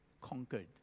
conquered